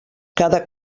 cada